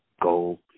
go